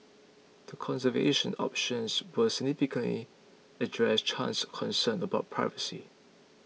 the conservation options would significantly address Chan's concern about privacy